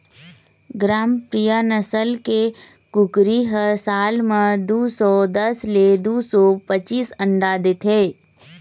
ग्रामप्रिया नसल के कुकरी ह साल म दू सौ दस ले दू सौ पचीस अंडा देथे